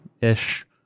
ish